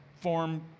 form